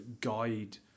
guide